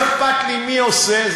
לא אכפת לי מי עושה,